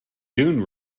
dune